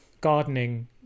gardening